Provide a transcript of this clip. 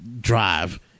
drive